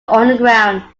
underground